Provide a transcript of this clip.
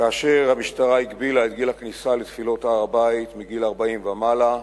כאשר המשטרה הגבילה את גיל הכניסה לתפילות בהר-הבית מגיל 40 ומעלה,